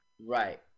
Right